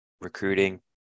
Recruiting